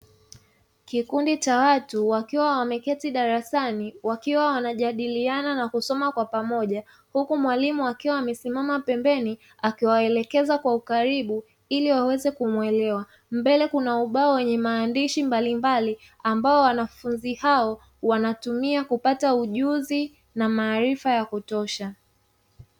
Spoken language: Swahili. Kikundi cha watu wakiwa wameketi darasani wakiwa wanajadiliana na kusoma kwa pamoja huku mwalimu akiwa amesimama pembeni akiwaelekeza kwa ukaribu ili waweze kumuelewa, mbele kuna ubao wenye maandishi mbalimbali ambao wanafunzi hao wanatumia kupata ujuzi na maarifa ya kutosha.